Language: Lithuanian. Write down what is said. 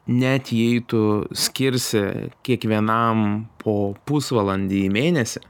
net jei tu skirsi kiekvienam po pusvalandį į mėnesį